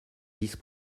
vice